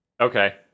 Okay